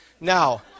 Now